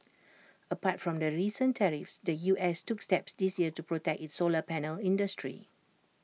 apart from the recent tariffs the U S took steps this year to protect its solar panel industry